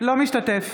אינו משתתף